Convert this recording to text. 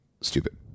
stupid